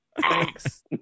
thanks